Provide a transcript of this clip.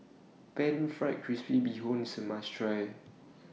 Pan Fried Crispy Bee Hoon IS A must Try